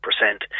percent